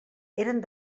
eren